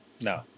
No